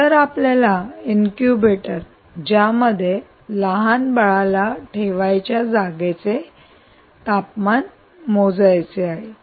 जर आपल्याला इनक्यूबेटर ज्यामध्ये लहान बाळाला ठेवायच्या जागेचे तापमान मोजायचे आहे